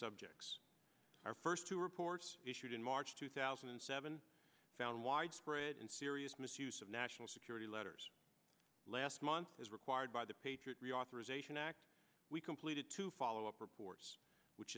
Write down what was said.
subjects our first two reports issued in march two thousand and seven found widespread and serious misuse of national security letters last month as required by the patriot reauthorization act we completed two follow up reports which